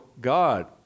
God